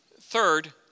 Third